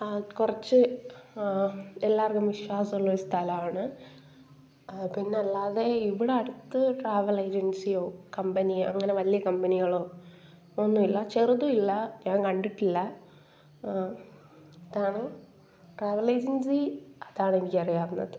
ആ കുറച്ച് എല്ലാവർക്കും വിശ്വാസമുള്ളൊരു സ്ഥലമാണ് ആ പിന്നല്ലാതെ ഇവിടെ അടുത്ത് ട്രാവൽ ഏജൻസിയോ കമ്പനിയോ അങ്ങനെ വലിയ കമ്പനികളോ ഒന്നുമില്ല ചെറുതുമില്ല ഞാൻ കണ്ടിട്ടില്ല അതാണ് ട്രാവലേജൻസി അതാണെനിക്കറിയാവുന്നത്